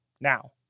Now